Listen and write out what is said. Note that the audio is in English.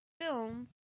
film